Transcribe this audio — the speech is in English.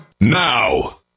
now